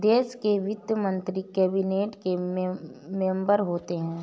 देश के वित्त मंत्री कैबिनेट के मेंबर होते हैं